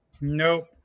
Nope